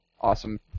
Awesome